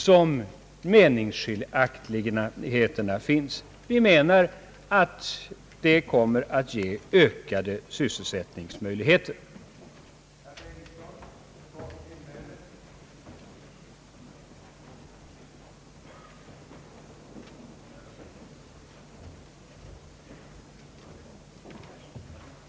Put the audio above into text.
Vi menar att detta kommer att ge ökade sysselsättningsmöjligheter om det kompletteras med andra åtgärder som jag skall återkomma till.